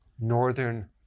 Northern